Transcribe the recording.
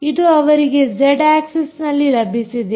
ಇದು ಅವರಿಗೆ ಜೆಡ್ ಆಕ್ಸಿಸ್ನಲ್ಲಿ ಲಭಿಸಿದೆ